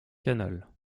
canal